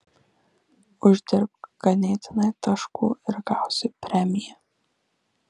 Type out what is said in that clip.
uždirbk ganėtinai taškų ir gausi premiją